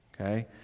Okay